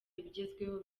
ibigezweho